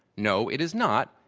no, it is not,